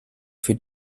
für